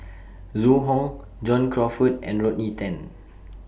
Zhu Hong John Crawfurd and Rodney Tan